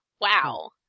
wow